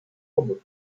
hummel